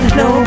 no